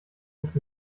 sich